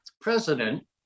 president